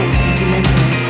sentimental